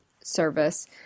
service